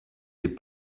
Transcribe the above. les